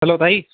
hello भाई